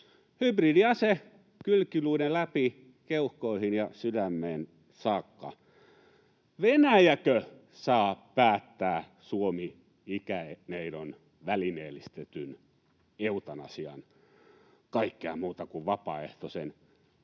Hybridiase kylkiluiden läpi keuhkoihin ja sydämeen saakka. Venäjäkö saa päättää Suomi-ikäneidon välineellistetyn eutanasian, kaikkea muuta kuin vapaaehtoisen?